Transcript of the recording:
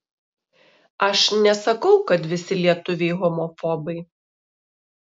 aš nesakau kad visi lietuviai homofobai